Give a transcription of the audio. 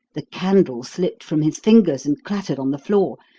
the candle slipped from his fingers and clattered on the floor,